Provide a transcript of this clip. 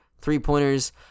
three-pointers